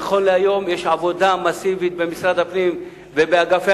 נכון להיום יש עבודה מסיבית במשרד הפנים ובאגפי